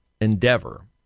endeavor